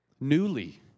Newly